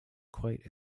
quite